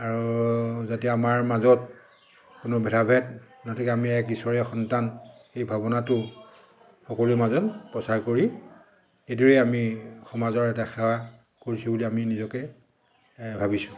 আৰু যাতে আমাৰ মাজত কোনো ভেদা ভেদ নাথাকে আমি এক ঈশ্বৰৰে সন্তান এই ভাৱনাটো সকলোৰে মাজত প্ৰচাৰ কৰি এইদৰে আমি সমাজৰ এটা সেৱা কৰিছোঁ বুলি আমি নিজকে ভাবিছোঁ